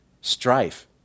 Strife